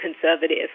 conservative